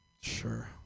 sure